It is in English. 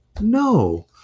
No